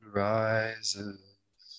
rises